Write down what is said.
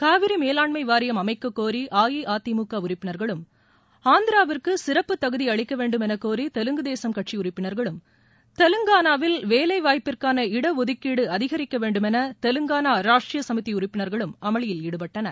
காவிரி மேலாண்மை வாரியம் அமைக்க்கோரி அஇஅதிமுக உறுப்பினர்களும் ஆந்திராவிற்கு சிறப்பு தகுதி அளிக்க வேண்டும் என கோரி தெலுங்கு தேசம் கட்சி உறுப்பினர்களும் தெலுங்கானாவில் வேலைவாய்ப்பிற்கான இடஒதுக்கீட்டு அதிகரிக்க வேண்டும் என தெலுங்கானா ராஷட்டிரிய சமிதி உறுப்பினர்களும் அமளியில் ஈடுபட்டனர்